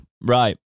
Right